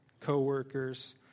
co-workers